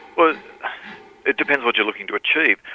well it depends what you're looking to achieve.